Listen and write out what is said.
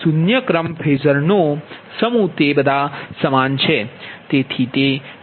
હવે શૂન્ય ક્રમ ફેઝરનો સમૂહ તે બધા સમાન છે